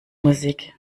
musik